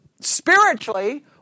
spiritually